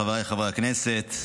חבריי חברי הכנסת,